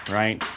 right